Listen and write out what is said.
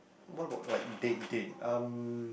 what about like date date um